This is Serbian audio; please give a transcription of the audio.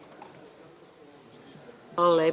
Hvala